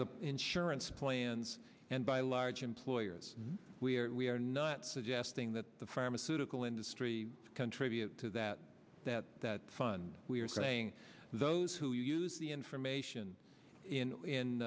the insurance plans and by large employers we are we are not suggesting that the pharmaceutical industry contribute to that that that fund we are saying those who use the information in